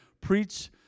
preach